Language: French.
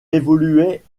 évoluait